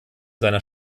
seiner